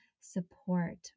support